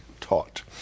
taught